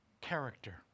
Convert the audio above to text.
character